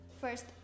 First